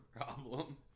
problem